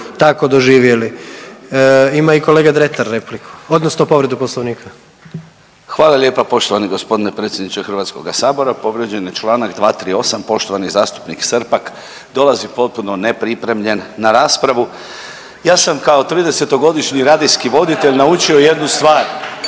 tako doživjeli. Ima i kolega Dretar repliku odnosno povredu poslovnika. **Dretar, Davor (DP)** Hvala lijepa poštovani g. predsjedniče HS. Povrijeđen je čl. 238., poštovani zastupnik Srpak dolazi potpuno nepripremljen na raspravu. Ja sam kao 30-godišnji radijski voditelj naučio jednu stvar,